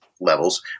levels